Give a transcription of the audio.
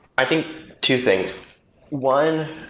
i think two things one,